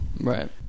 Right